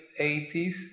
80s